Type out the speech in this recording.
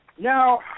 Now